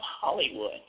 Hollywood